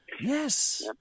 Yes